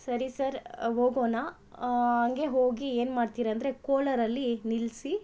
ಸರಿ ಸರ್ ಹೋಗೋಣ ಹಂಗೆ ಹೋಗಿ ಏನು ಮಾಡ್ತೀರಂದರೆ ಕೋಲಾರದಲ್ಲಿ ನಿಲ್ಲಿಸಿ